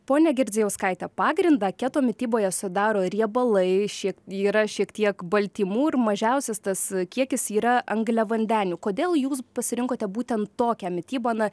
ponia girdzijauskaitė pagrindą kieto mityboje sudaro riebalai šie yra šiek tiek baltymų ir mažiausias tas kiekis yra angliavandenių kodėl jūs pasirinkote būtent tokia mityba na